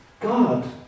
God